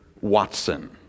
Watson